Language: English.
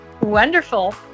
Wonderful